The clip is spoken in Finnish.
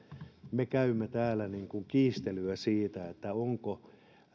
me käymme kiistelyä siitä onko